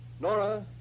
Nora